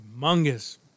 humongous